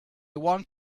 want